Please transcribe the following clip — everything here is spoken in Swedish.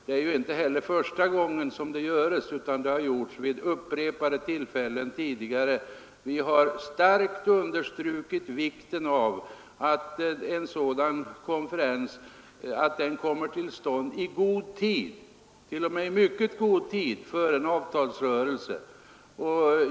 Det är heller inte första gången som detta sker, utan det har gjorts vid upprepade tillfällen tidigare. Vi har starkt understrukit vikten av att en sådan konferens kommer till stånd i god tid — t.o.m. i mycket god tid — före en avtalsrörelse.